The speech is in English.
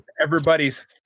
Everybody's